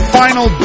final